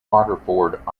waterford